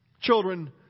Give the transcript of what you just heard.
Children